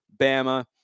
Bama